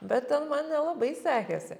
bet man nelabai sekėsi